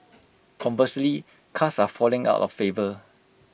conversely cars are falling out of favour